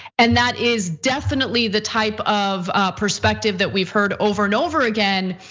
and that is definitely the type of perspective that we've heard over and over again.